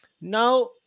Now